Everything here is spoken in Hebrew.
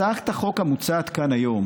הצעת החוק המוצעת כאן היום